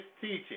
teaching